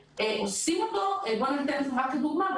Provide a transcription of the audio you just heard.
ועושים אותו אתן לכם רק כדוגמה,